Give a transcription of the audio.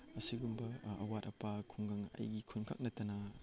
ꯑꯁꯤꯒꯨꯝꯕ ꯑꯋꯥꯠ ꯑꯄꯥ ꯈꯨꯡꯒꯪ ꯑꯩꯒꯤ ꯈꯨꯟꯈꯛ ꯅꯠꯇꯅ ꯄꯥꯜꯂꯤꯕ